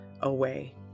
away